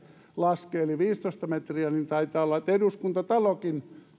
laskee viisitoista metriä niin taitaa olla että eduskuntatalokin